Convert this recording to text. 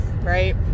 right